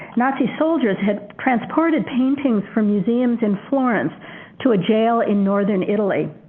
nazi soldiers had transported paintings from museums in florence to a jail in northern italy.